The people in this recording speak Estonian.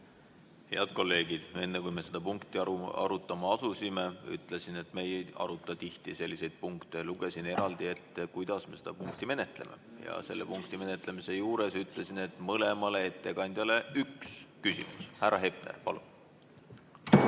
Head kolleegid! Enne kui me seda punkti arutama asusime, ütlesin, et me ei aruta tihti selliseid punkte. Lugesin eraldi ette, kuidas me seda punkti menetleme, ja selle punkti menetlemise juures ütlesin, et mõlemale ettekandjale on üks küsimus. Härra Hepner, palun!